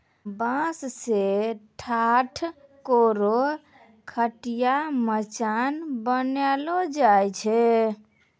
बांस सें ठाट, कोरो, खटिया, मचान बनैलो जाय छै